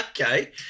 Okay